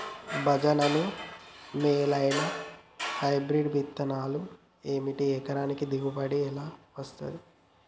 భజనలు మేలైనా హైబ్రిడ్ విత్తనాలు ఏమిటి? ఎకరానికి దిగుబడి ఎలా వస్తది?